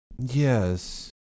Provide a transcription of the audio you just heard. Yes